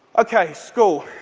ok, school.